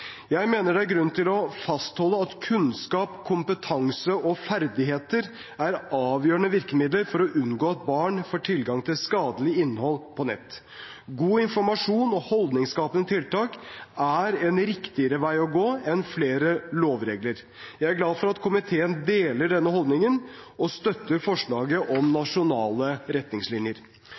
Jeg mener det er grunn til å fastholde at kunnskap, kompetanse og ferdigheter er avgjørende virkemidler for å unngå at barn får tilgang til skadelig innhold på nett. God informasjon og holdningsskapende tiltak er en riktigere vei å gå enn flere lovreguleringer. Jeg er glad for at komiteen deler denne holdningen og støtter forslaget om nasjonale retningslinjer.